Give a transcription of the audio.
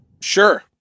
Sure